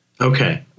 Okay